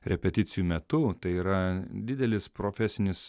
repeticijų metu tai yra didelis profesinis